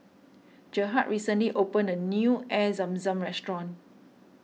Gerhardt recently opened a new Air Zam Zam restaurant